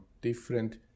different